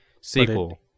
sequel